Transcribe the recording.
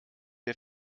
wir